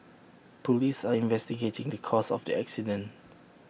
Police are investigating the cause of the accident